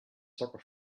soccer